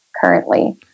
currently